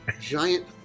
giant